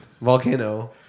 volcano